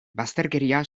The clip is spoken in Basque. bazterkeria